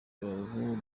rubavu